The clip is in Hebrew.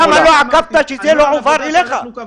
למה לא עקבת כאשר זה לא הועבר אליך?